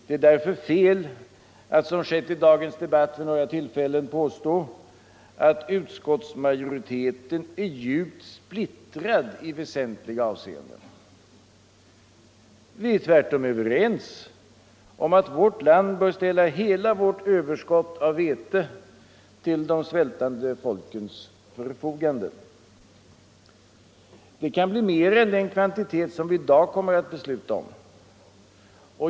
Det är därför fel att - som skett i dagens debatt vid några tillfällen — påstå att utskottsmajoriteten är djupt splittrad i väsentliga avseenden. Vi är tvärtom överens om att vårt land bör ställa hela sitt överskott av vete till de svältande folkens förfogande. Det kan bli mer än den kvantitet som vi i dag skall besluta om.